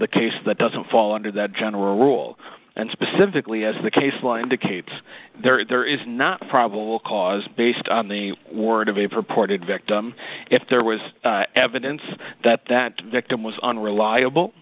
the case that doesn't fall under that general rule and specifically as the case law indicates there is not probable cause based on the word of a purported victim if there was evidence that that victim was unreliable